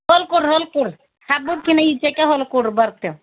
ಹೊಲ್ಕೊಡಿ ಹೊಲ್ಕೊಡಿ ಹಬ್ಬಕ್ಕಿನ್ನ ಈಚೆಗೆ ಹೊಲ್ಕೊಡ್ರೀ ಬರ್ತೇವೆ